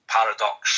Paradox